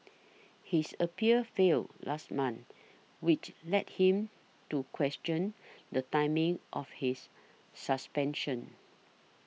his appeal failed last month which led him to question the timing of his suspension